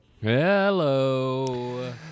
Hello